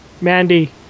Mandy